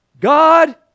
God